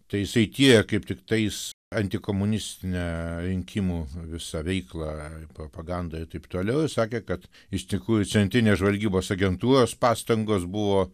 tai jisai tyrė kaip tikstais antikomunistinę rinkimų visą veiklą propagandą ir taip toliau jis sakė kad iš tikrųjų centrinės žvalgybos agentūros pastangos buvo